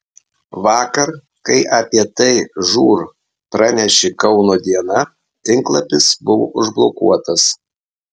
vakar kai apie tai žūr pranešė kauno diena tinklapis buvo užblokuotas